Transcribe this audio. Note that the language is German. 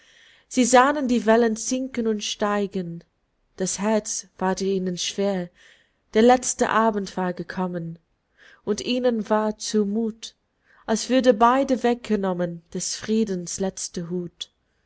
sie sahen die wellen sinken und steigen das herz ward ihnen schwer der letzte abend war gekommen und ihnen war zu muth als würde beiden weggenommen des friedens letzte hut